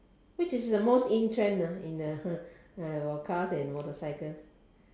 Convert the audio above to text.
which is the most in trend ah in the about cars and motorcycle